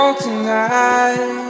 tonight